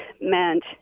meant